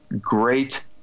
Great